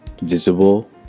visible